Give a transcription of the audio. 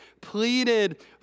pleaded